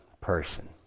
person